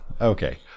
Okay